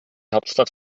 hauptstadt